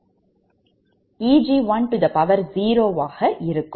Eg10 ஆக இருக்கும்